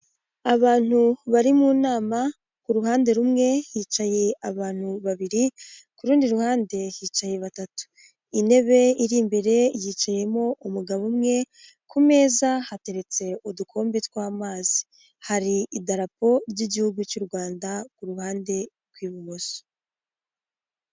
Abantu bari mu nama ku ruhande rumwe hicaye abantu babiri ku rundi ruhande hicaye batatu, intebe iri imbere yicayemo umugabo umwe ku meza hateretse udukombe tw'amazi, hari idarapo ry'igihugu cy'u Rwanda ku ruhande rw'ibumoso.